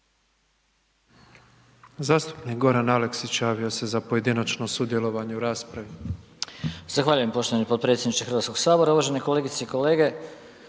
Zastupnik Goran Aleksić, javio se za pojedinačno sudjelovanje u raspravi. **Aleksić, Goran (SNAGA)** Zahvaljujem poštovani potpredsjedniče Hrvatskoga sabora. Uvažene kolegice i kolege,